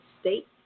state